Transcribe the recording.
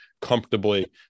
comfortably